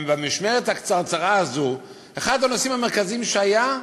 במשמרת הקצרצרה הזו אחד הנושאים המרכזיים היה: